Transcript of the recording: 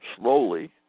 slowly